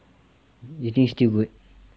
is it still good